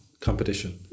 competition